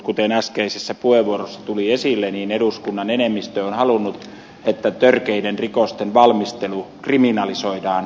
kuten äskeisessä puheenvuorossa tuli esille eduskunnan enemmistö on halunnut että törkeiden rikosten valmistelu kriminalisoidaan